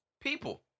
People